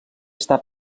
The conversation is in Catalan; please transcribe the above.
està